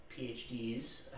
PhDs